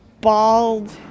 Bald